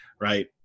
right